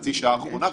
בחצי השעה האחרונה,